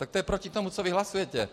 Tak to je proti tomu, co vy hlasujete.